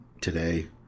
today